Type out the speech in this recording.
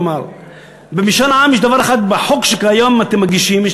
יחד עם זאת אני רוצה לומר שבחוק שאתם מגישים היום,